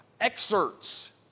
excerpts